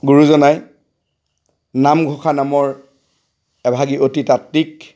গুৰুজনাই নামঘোষা নামৰ এভাগী অতি তাত্বিক